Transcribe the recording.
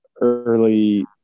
early